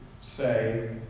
say